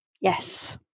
Yes